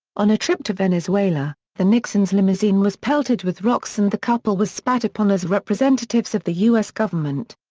on a trip to venezuela, the nixons' limousine was pelted with rocks and the couple was spat upon as representatives of the u s. government.